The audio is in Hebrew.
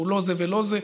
שהוא לא זה ולא זה,